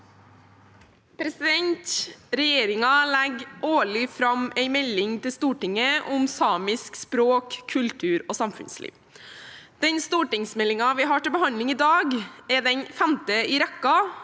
for saken): Regjeringen legger årlig fram en melding til Stortinget om samisk språk, kultur og samfunnsliv. Den stortingsmeldingen vi har til behandling i dag, er den femte i rekken